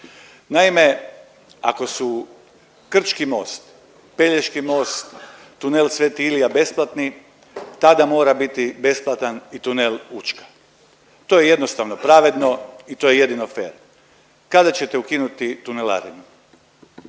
Naime, ako su Krčki most, Pelješki most, tunel Sv. Ilija besplatni, tada mora biti besplatan i tunel Učka. To je jednostavno pravedno i to je jedino fer. Kada ćete ukinuti tunelarinu?